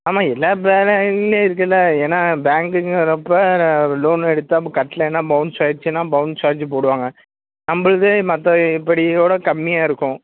ஆமாம் எல்லா பேங்க்லையும் இருக்குதுல்ல ஏன்னால் பேங்க்னு வர்றப்போ லோன் எடுத்தால் இப்போது கட்டலைன்னா பவுன்ஸ் ஆயிடுச்சுன்னா பவுன்ஸ் சார்ஜு போடுவாங்க நம்பளுது மற்ற இப்படி இதை விட கம்மியாக இருக்கும்